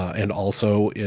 and also,